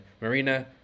marina